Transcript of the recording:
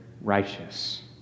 righteous